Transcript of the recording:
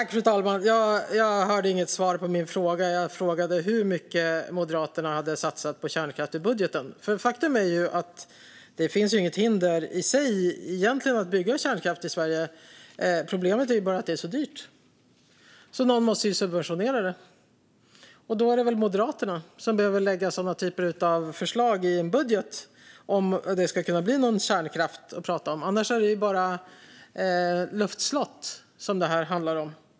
Fru talman! Jag hörde inget svar på min fråga. Jag frågade hur mycket Moderaterna hade satsat på kärnkraft i budgeten. Faktum är ju att det egentligen inte finns något hinder i sig mot att bygga kärnkraft i Sverige. Problemet är bara att det är så dyrt, så någon måste subventionera det. Då är det väl Moderaterna som behöver lägga fram sådana förslag i en budget om det ska kunna bli någon kärnkraft att prata om. Annars är det bara luftslott det handlar om.